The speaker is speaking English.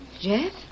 Jeff